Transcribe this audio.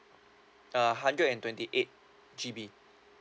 uh hundred and twenty eight G_B